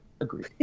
agreed